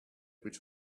which